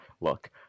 look